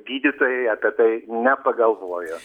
gydytojai apie tai nepagalvojo